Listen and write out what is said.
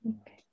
Okay